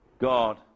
God